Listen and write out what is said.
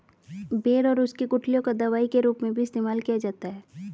बेर और उसकी गुठलियों का दवाई के रूप में भी इस्तेमाल किया जाता है